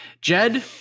Jed